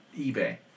eBay